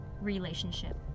relationship